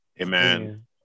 Amen